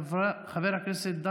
חבר הכנסת אלכס קושניר,